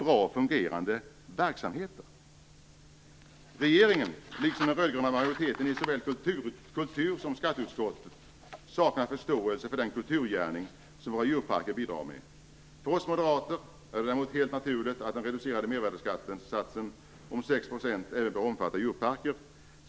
Regeringen, liksom den röd-gröna majoriteten i såväl kultur som skatteutskottet saknar också förståelse för den kulturgärning som våra djurparker bidrar med. För oss moderater är det däremot helt naturligt att den reducerade mervärdesskattesatsen om 6 % även bör omfatta djurparker.